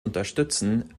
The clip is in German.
unterstützen